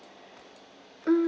mm